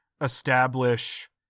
establish